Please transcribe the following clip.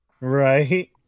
Right